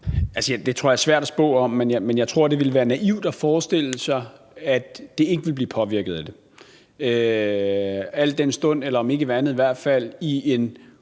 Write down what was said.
Det tror jeg er svært at spå om, men jeg tror, det ville være naivt at forestille sig, at det ikke vil blive påvirket af det, i hvert fald i en